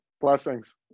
Blessings